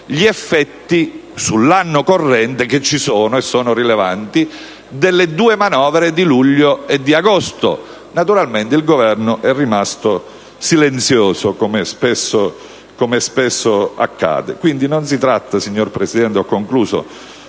gli effetti sull'anno corrente, che ci sono e sono rilevanti, delle due manovre di luglio e di agosto. Naturalmente il Governo è rimasto silenzioso, come spesso accade. Non si tratta quindi, signor Presidente, di un